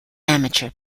amateur